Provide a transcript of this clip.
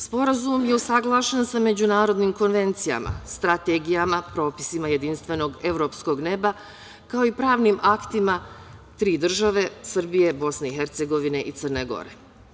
Sporazum je usaglašen sa međunarodnim konvencijama, strategijama, propisima jedinstvenog evropskog neba, kao i pravnim aktima tri države Srbije, BiH i Crne Gore.